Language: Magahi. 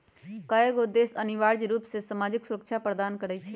कयगो देश अनिवार्ज रूप से सामाजिक सुरक्षा प्रदान करई छै